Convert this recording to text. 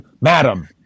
madam